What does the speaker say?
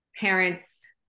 parents